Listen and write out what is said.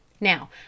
Now